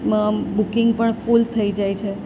માં બુકિંગ પણ ફૂલ થઈ જાય છે